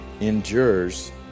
Endures